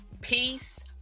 peace